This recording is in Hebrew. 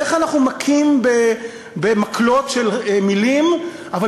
איך אנחנו מכים במקלות של מילים אבל